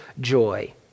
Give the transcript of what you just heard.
joy